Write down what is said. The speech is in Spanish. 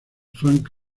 frank